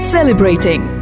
Celebrating